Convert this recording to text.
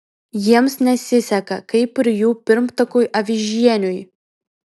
jiems nesiseka kaip ir jų pirmtakui avižieniui